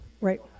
Right